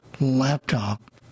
laptop